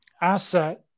asset